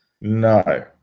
No